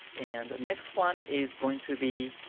and the next one is going to be,